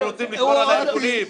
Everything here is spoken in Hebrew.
אנחנו רוצים לשמור על הארגונים.